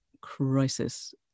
crisis